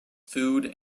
food